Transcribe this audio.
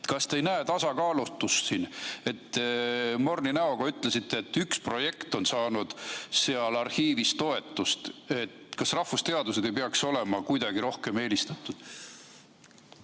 Kas te ei näe siin tasakaalutust? Te morni näoga ütlesite, et üks projekt seal arhiivis on toetust saanud. Kas rahvusteadused ei peaks olema kuidagi rohkem eelistatud?